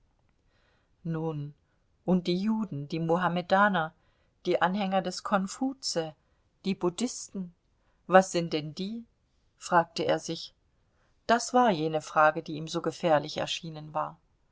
nun und die juden die mohammedaner die anhänger des konfutse die buddhisten was sind denn die fragte er sich das war jene frage die ihm so gefährlich erschienen war